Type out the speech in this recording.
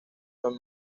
son